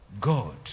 God